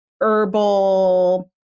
herbal